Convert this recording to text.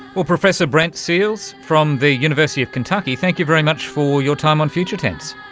but professor brent seales, from the university of kentucky, thank you very much for your time on future tense.